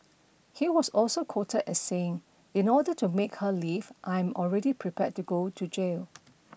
he was also quoted as saying in order to make her leave I am already prepared to go to jail